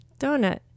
Donut